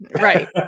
right